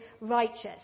righteous